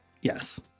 Yes